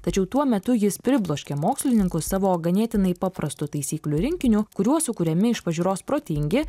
tačiau tuo metu jis pribloškė mokslininkus savo ganėtinai paprastu taisyklių rinkiniu kuriuo sukuriami iš pažiūros protingi